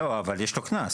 לא, אבל יש לו קנס.